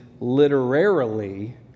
literarily